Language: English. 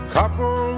couple